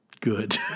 good